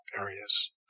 areas